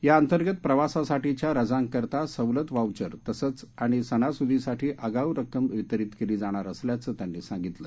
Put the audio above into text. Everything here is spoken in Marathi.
याअंतर्गत प्रवासासाठीच्या रजांकरता सवलत व्हाऊचर तसंच आणि सणासुदीसाठी अगाऊ रक्कम वितरीत केली जाणार असल्याचं त्यांनी सांगितलं